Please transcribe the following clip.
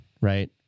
right